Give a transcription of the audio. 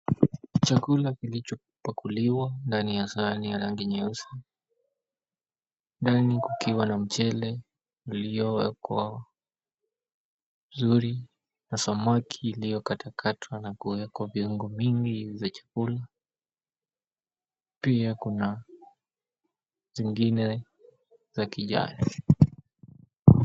Chakula kilichopakuliwa ndani ya sahani ya rangi nyeusi. Ndani kukiwa na mchele uliowekwa vizuri na samaki iliyokatakatwa na kuwekwa viungo vingi vya chakula. Pia kuna zingine za kijani.